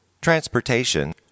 transportation